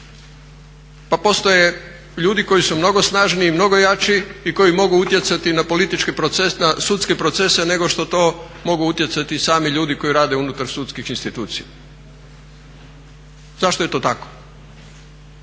pa postoje ljudi koji su mnogo snažniji i mnogo jači i koji mogu utjecati na sudske procese nego što to mogu utjecati sami ljudi koji rade unutar sudskih institucija. Zašto je to tako?